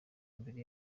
mbere